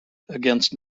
against